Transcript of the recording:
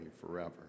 forever